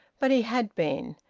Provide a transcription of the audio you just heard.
but he had been.